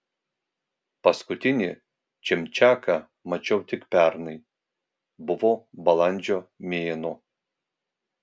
paskutinį čimčiaką mačiau tik pernai buvo balandžio mėnuo